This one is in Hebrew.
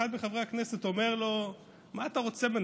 ואחד מחברי הכנסת אומר לו: מה אתה רוצה ממנו,